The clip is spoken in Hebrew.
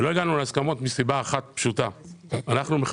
לא הגענו להסכמות מסיבה אחת פשוטה.